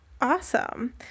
Awesome